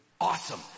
awesome